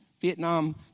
Vietnam